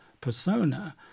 persona